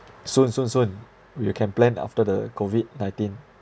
soon soon soon we can plan after the COVID nineteen